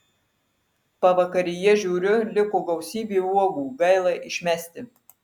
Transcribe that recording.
pavakaryje žiūriu liko gausybė uogų gaila išmesti